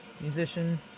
musician